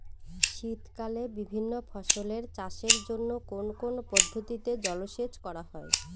শীতকালে বিভিন্ন ফসলের চাষের জন্য কোন কোন পদ্ধতিতে জলসেচ করা হয়?